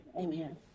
Amen